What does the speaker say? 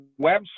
website